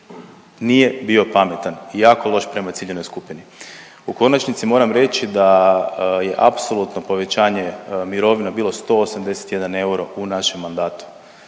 nije bio pametan i jako loš prema ciljanoj skupini. U konačnici, moram reći da je apsolutno povećanje mirovina bilo 181 euro u našem mandatu.